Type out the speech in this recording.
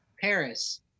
Paris